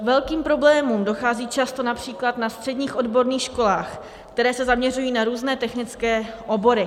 K velkým problémům dochází často například na středních odborných školách, které se zaměřují na různé technické obory.